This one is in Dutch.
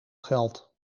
geld